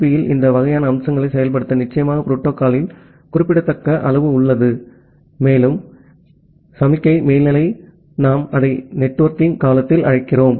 B யில் இந்த வகையான அம்சங்களை செயல்படுத்த நிச்சயமாக புரோட்டோகால்யில் குறிப்பிடத்தக்க அளவு உள்ளது மேல்நிலை அல்லது சமிக்ஞை மேல்நிலை நாம் அதை நெட்வொர்க்கிங் காலத்தில் அழைக்கிறோம்